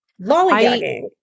lollygagging